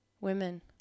women